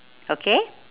okay